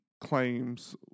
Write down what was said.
claims